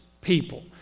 people